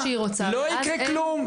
לא יקרה כלום,